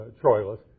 Troilus